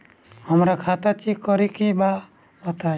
हमरा खाता चेक करे के बा बताई?